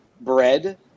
bread